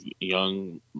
young